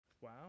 wow